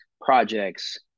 projects